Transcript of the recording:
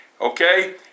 Okay